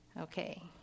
Okay